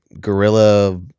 guerrilla